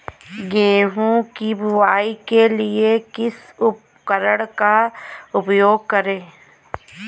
गेहूँ की बुवाई के लिए किस उपकरण का उपयोग करें?